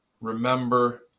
remember